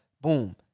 Boom